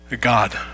God